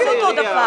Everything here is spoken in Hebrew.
מה זה אותו דבר?